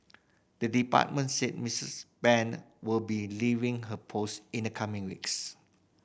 the department said Missus Brand will be leaving her post in the coming weeks